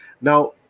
Now